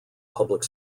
public